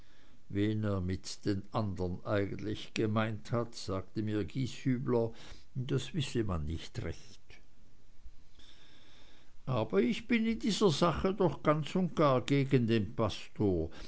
mit den anderen eigentlich gemeint hat sagte mir gieshübler das wisse man nicht recht aber ich bin in dieser sache doch ganz und gar gegen den pastor